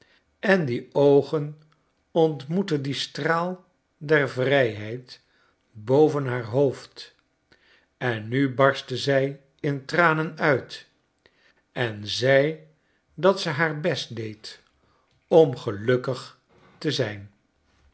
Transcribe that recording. en die oogen ontmoetten dien straal der vrijheid boven haar hoofd en nu barstte zij in tranen uit en zei dat ze haar best deed om gelukkig te zijn